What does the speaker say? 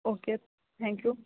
okay thank you